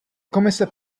komise